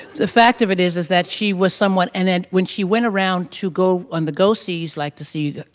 the fact of it is is that she was somewhat an and when she went around to go on the go sees, like to see.